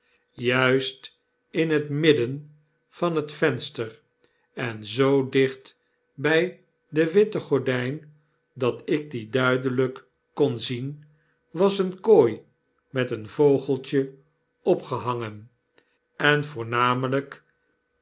juist in het midden van het venster en zoo dicht bij de witte gordjjn dat ik die duideljjk kon zien was eene kooi met een vogeltje opgehangen en voornamelp